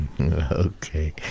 Okay